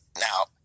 now